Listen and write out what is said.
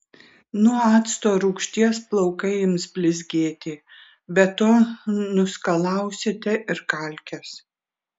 nuo acto rūgšties plaukai ims blizgėti be to nuskalausite ir kalkes